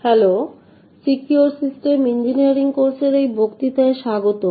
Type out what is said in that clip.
hello secure system engineering এর কোর্সে এই প্রদর্শনীতে স্বাগতম